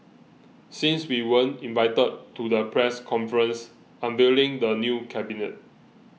since we weren't invited to the press conference unveiling the new cabinet